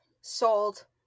sold